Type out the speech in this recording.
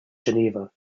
geneva